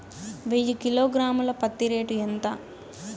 వెయ్యి కిలోగ్రాము ల పత్తి రేటు ఎంత?